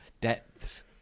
depths